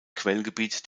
quellgebiet